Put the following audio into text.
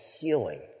healing